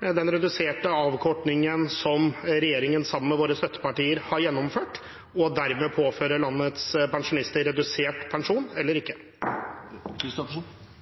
den reduserte avkortningen som regjeringen sammen med våre støttepartier har gjennomført, og dermed påføre landets pensjonister redusert pensjon, eller ikke?